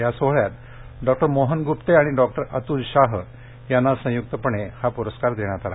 या सोहळ्यात डॉक्टर मोहन गुप्ते अणि डॉक्टर अतुल शाह यांना संयुक्तपणे हा प्रस्कार देण्यात आला